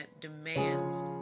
demands